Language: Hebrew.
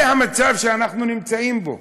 זה המצב שאנחנו נמצאים בו.